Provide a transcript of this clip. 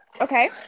Okay